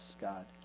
God